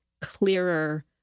clearer